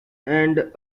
and